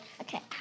Okay